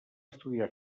estudiar